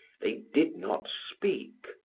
they did not speak,